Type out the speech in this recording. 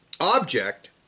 object